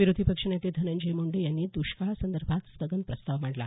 विरोधी पक्षनेते धनंजय मुंडे यांनी द्ष्काळासंदर्भात स्थगन प्रस्ताव मांडला